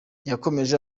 yakomeje